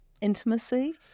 intimacy